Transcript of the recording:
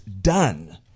done